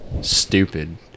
stupid